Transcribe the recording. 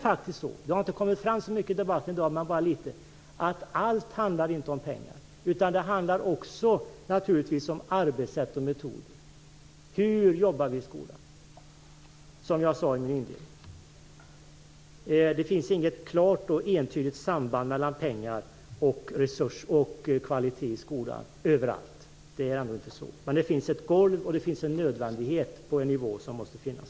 Det har inte kommit fram så mycket under debatten, men allt handlar inte om pengar utan naturligtvis också om arbetssätt och arbetsmetoder, hur vi arbetar i skolan, som jag sade i min inledning. Det finns inget klart och entydigt samband mellan pengar och kvalitet i skolan överallt. Men det finns ett golv och en nivå som med nödvändighet måste finnas.